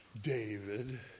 David